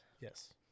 Yes